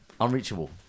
unreachable